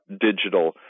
digital